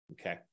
okay